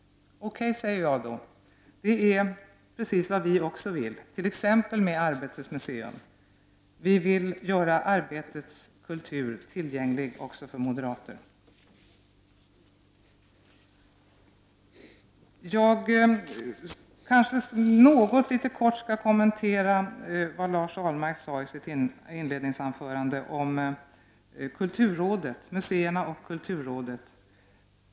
Okej, säger jag, det är precis vad även vi vill, t.ex. med Arbetets museum. Vi vill t.o.m. göra arbetets kultur tillgänglig även för moderater. Jag vill kortfattat kommentera det som Lars Ahlmark sade i sitt inledningsanförande om museerna och kulturrådet.